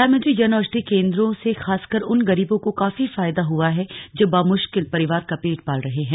प्रधानमंत्री जन औषधि केंद्रों से खासकर उन गरीबों को काफी फायदा हुआ है जो बमुश्किल परिवार का पेट पाल रहे हैं